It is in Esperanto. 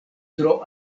tro